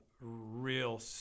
real